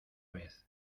vez